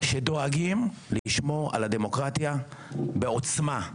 שדואגים לשמור על הדמוקרטיה בעוצמה.